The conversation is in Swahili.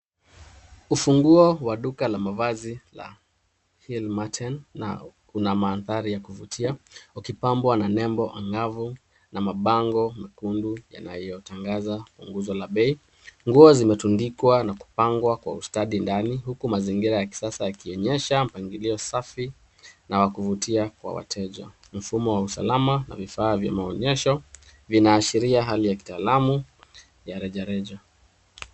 Ufunguo wa duka la mavazi la Hill-Marten una mandhari ya kuvutia, ukipambwa na nembo ang'avu na mabango mekundu yanayotangaza punguzo la bei. Nguo zimetundikwa na kupangwa kwa ustadi ndani, huku mazingira ya kisasa yakionyesha mpangilio safi na wa kuvutia kwa wateja. Mfumo wa usalama na vifaa vya maonyesho vinaashiria hali ya kitaalamu ya reja reja.